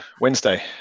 Wednesday